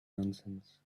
nonsense